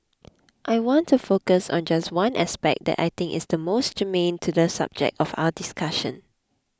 I want to focus on just one aspect that I think is the most germane to the subject of our discussion